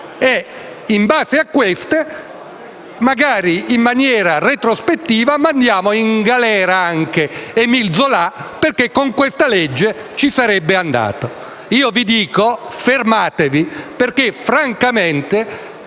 in base ad esse magari in maniera retrospettiva mandiamo in galera pure Émile Zola, perché con questa legge ci sarebbe andato. Io vi dico fermatevi, perché francamente